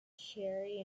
cherry